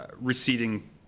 receding